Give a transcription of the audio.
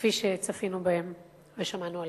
כפי שצפינו בהם ושמענו עליהם.